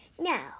Now